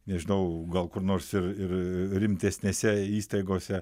nežinau gal kur nors ir ir rimtesnėse įstaigose